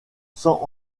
sans